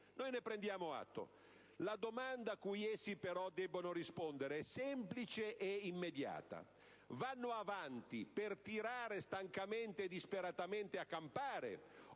Ne prendiamo atto. La domanda cui essi debbono però rispondere è semplice e immediata: vanno avanti per tirare stancamente e disperatamente a campare,